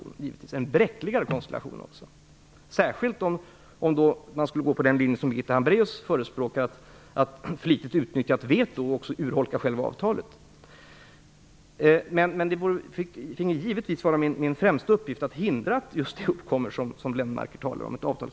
Det är också en bräckligare konstellation - särskilt om man skulle gå på den linje Birgitta Hambraeus förespråkar och flitigt utnyttja ett veto och också urholka själva avtalet. Det skulle givetvis vara min främsta uppgift att förhindra att just det avtalslösa tillstånd som Lennmarker talar om uppkommer.